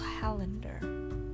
calendar